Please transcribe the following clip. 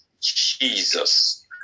Jesus